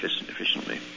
efficiently